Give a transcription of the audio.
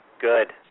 Good